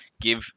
Give